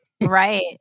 Right